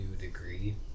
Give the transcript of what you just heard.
degree